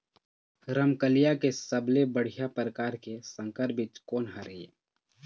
रमकलिया के सबले बढ़िया परकार के संकर बीज कोन हर ये?